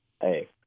Hey